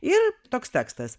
ir toks tekstas